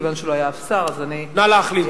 מכיוון שלא היה אף שר אז אני, נא להחליף.